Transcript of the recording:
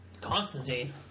Constantine